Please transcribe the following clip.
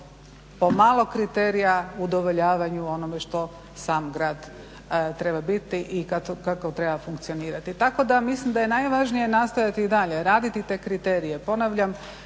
po malo kriterija udovoljavaju onome što sam grad treba biti i kako treba funkcionirati. Tako da mislim da je najvažnije nastojati i dalje raditi te kriterije, ponavljam